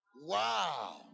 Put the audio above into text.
Wow